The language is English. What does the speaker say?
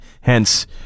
hence